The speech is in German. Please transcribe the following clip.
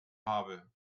habe